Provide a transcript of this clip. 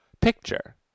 Picture